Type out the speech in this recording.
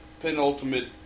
penultimate